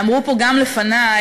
אמרו פה גם לפני: